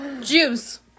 Juice